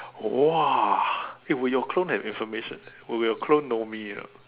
whoa eh will your clone have information eh we will clone know me ya